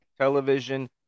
television